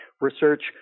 research